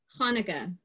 Hanukkah